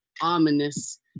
ominous